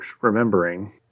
remembering –